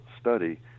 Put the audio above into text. study